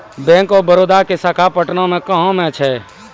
Bank of Baroda के शाखा पटना मे कहां मे छै?